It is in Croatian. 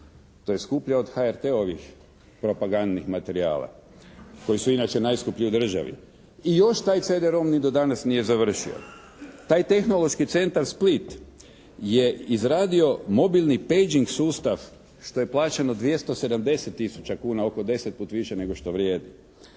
To je skuplje od HRT-ovih propagandnih materijala koji su inače najskuplji u državi. I još taj cd-rom ni do danas nije završio. Taj Tehnološki centar Split je izradio mobilni paging sustav što je plaćeno 270 tisuća kuna, oko 10 puta više nego što vrijedi.